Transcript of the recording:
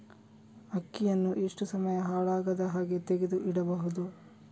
ಅಕ್ಕಿಯನ್ನು ಎಷ್ಟು ಸಮಯ ಹಾಳಾಗದಹಾಗೆ ತೆಗೆದು ಇಡಬಹುದು?